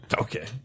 Okay